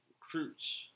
recruits